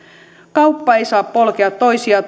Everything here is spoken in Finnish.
kauppa ei saa polkea toisia